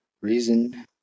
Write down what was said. reason